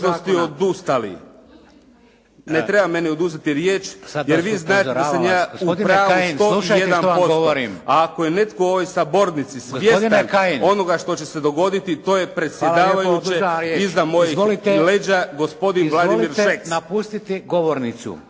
vam riječ. Izvolite napustiti govornicu.